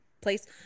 place